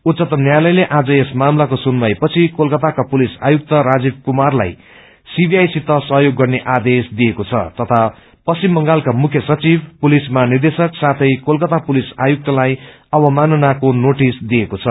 उच्चतम् न्यायालयले आज यस मामलाको सुनवाई पछि कोलकाताका पुलिस आयुक्त राजीव कुमार लाई सीबीआई सित सहयोग गर्ने आदेश दिएको छ तथा पश्चिम बंगालका मुख्य सचिव पुलिस महानिदेशक साथै कोलकाता पुलिस आयुक्तलाई अवमाननाको नोटिस दिएको छ